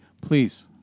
please